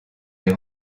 les